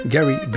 Gary